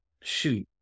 shoot